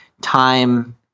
time